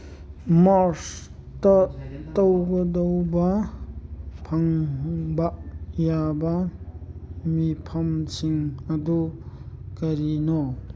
ꯃꯥꯔꯁꯇ ꯇꯧꯒꯗꯧꯕ ꯐꯪꯕ ꯌꯥꯕ ꯃꯤꯐꯝꯁꯤꯡ ꯑꯗꯨ ꯀꯔꯤꯅꯣ